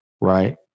right